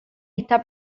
está